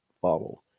follow